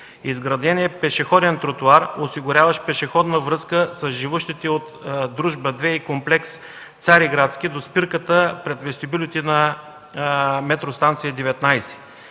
изграден е пешеходен тротоар, осигуряващ пешеходна връзка с живущите от „Дружба 2” и комплекс „Цариградски” до спирката пред вестибюлите на Метростанция 19.